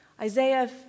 Isaiah